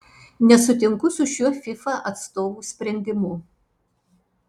nesutinku su šiuo fifa atstovų sprendimu